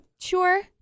Sure